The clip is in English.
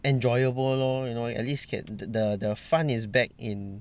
enjoyable lor you know at least get the the fun is back in